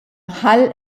hall